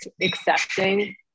accepting